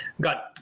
Got